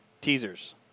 teasers